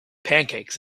pancakes